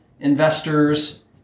investors